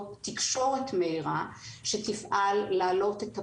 תקשורת מהירה שתפעל להעלות את הפריון,